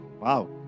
Wow